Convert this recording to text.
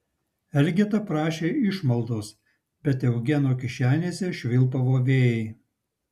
elgeta prašė išmaldos bet eugeno kišenėse švilpavo vėjai